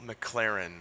McLaren